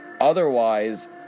otherwise